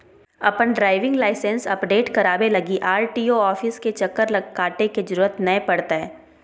अपन driving licence update कराबे लगी आर.टी.ओ ऑफिस के चक्कर काटे के जरूरत नै पड़तैय